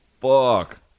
fuck